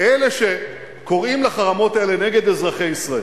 אלה שקוראים לחרמות האלה נגד אזרחי ישראל,